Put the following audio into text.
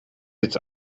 its